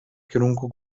kierunku